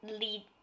lead